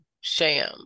sham